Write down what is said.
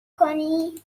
کنی